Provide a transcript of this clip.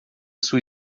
sua